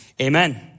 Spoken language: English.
Amen